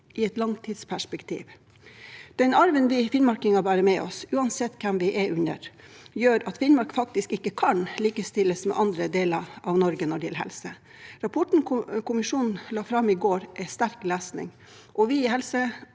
i et langtidsperspektiv. Den arven vi finnmarkinger bærer med oss, uansett hvem vi er under, gjør at Finnmark faktisk ikke kan likestilles med andre deler av Norge når det gjelder helse. Rapporten kommisjonen la fram i går, er sterk lesning. Vi i